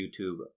YouTube